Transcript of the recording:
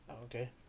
Okay